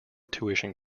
tuition